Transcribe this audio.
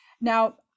Now